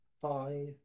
five